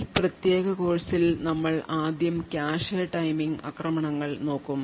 ഈ പ്രത്യേക കോഴ്സിൽ ഞങ്ങൾ ആദ്യം കാഷെ ടൈമിംഗ് ആക്രമണങ്ങൾ നോക്കും